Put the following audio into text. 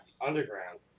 underground